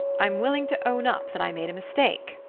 i'm willing to own up that i made a mistake,